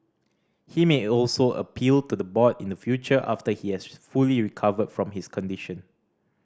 he may also appeal to the board in the future after he has fully recovered from his condition